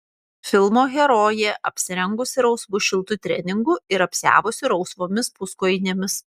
filmo herojė apsirengusi rausvu šiltu treningu ir apsiavusi rausvomis puskojinėmis